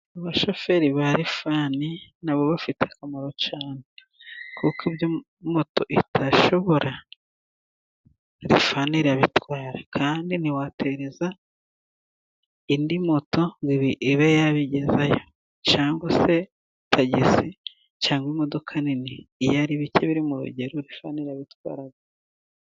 Abashoferi balifani nabo bafite akamaro cyane, kuko ibyo moto itashobora lifani irabitwara kandi ntiwatereza indi moto ngo ibe yabigezayo, cyangwa se tagisi cyangwa imodoka nini, iyo ari bike biri mu rugero lifani irabitwara.